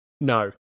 No